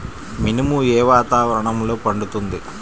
మినుము ఏ వాతావరణంలో పండుతుంది?